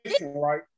right